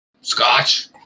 Scotch